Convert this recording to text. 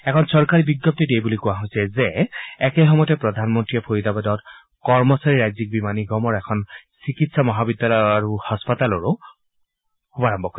এখন চৰকাৰী বিজ্ঞপ্তিত এইবুলি কোৱা হৈছে যে একেসময়তে প্ৰধানমন্ত্ৰীয়ে ফৰিদাবাদত কৰ্মচাৰী ৰাজ্যিক বীমা নিগমৰ এখন চিকিৎসা মহাবিদ্যালয় আৰু হাস্পতালৰো শুভাৰম্ভ কৰিব